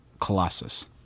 Colossus